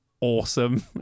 awesome